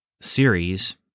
series